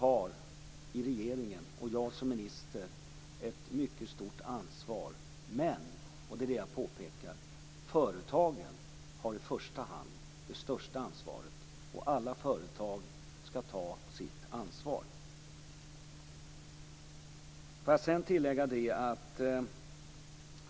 Vi i regeringen och jag som minister har ett mycket stort ansvar men - och det är detta som jag pekar på - företagen har i första hand det största ansvaret. Alla företag skall ta sitt ansvar.